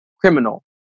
criminal